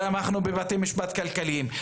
תמכנו בבתי משפט כלכליים,